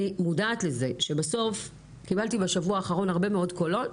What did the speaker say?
קיבלתי בשבוע האחרון הרבה מאוד קולות